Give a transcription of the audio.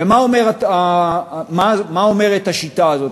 ומה אומרת השיטה הזאת?